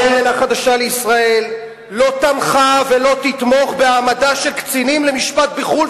הקרן החדשה לישראל לא תמכה ולא תתמוך בהעמדה של קצינים למשפט בחו"ל,